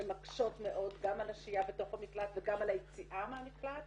שמקשות מאוד גם על השהיה בתוך המקלט וגם על היציאה מהמקלט